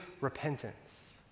repentance